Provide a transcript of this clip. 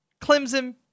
Clemson